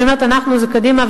וכשאני אומרת "אנחנו" זה קדימה,